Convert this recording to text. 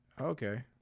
Okay